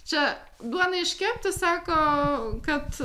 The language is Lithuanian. čia duonai iškepti sako kad